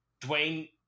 dwayne